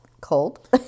cold